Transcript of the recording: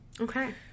okay